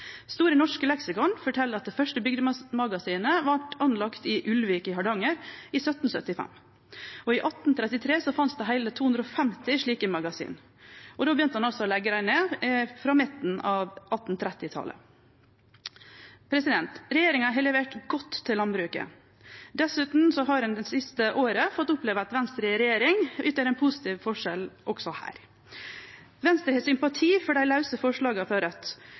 Store norske leksikon fortel at det første bygdemagasinet vart bygd i Ulvik i Hardanger i 1775. I 1833 fanst det heile 250 slike magasin. Frå midten av 1830-talet begynte ein å leggje dei ned. Regjeringa har levert godt til landbruket. Dessutan har ein det siste året fått oppleve at Venstre i regjering utgjer ein positiv forskjell også her. Venstre har sympati for dei lause forslaga